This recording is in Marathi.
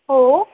हो